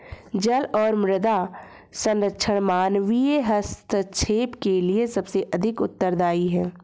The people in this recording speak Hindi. जल और मृदा संरक्षण मानवीय हस्तक्षेप के लिए सबसे अधिक उत्तरदायी हैं